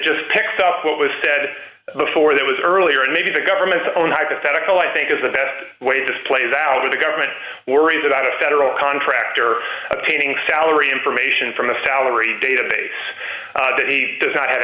just picks up what was said before that was earlier and maybe the government's own hypothetical i think is the best way this plays out of the government worries about a federal contractor obtaining salary information from the salary database that he does not ha